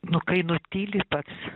nu kai nutyli pats